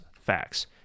facts